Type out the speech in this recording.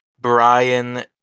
Brian